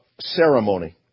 ceremony